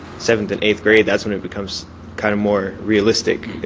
seventh and eighth grade, that's when it becomes kind of more realistic.